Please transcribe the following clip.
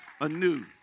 anew